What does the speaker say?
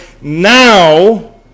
Now